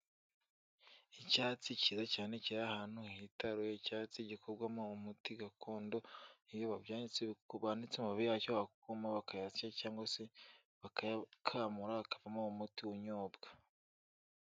Icyatsi cyiza cyane cyera ahantu hitaruye, icyatsi gikorwamo umuti gakondo, iyo babyanitse, banitse amababi yacyo akuma bakayasya cyangwa se bakayakamura, akavamo umuti unyobwa.